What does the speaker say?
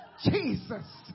Jesus